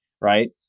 right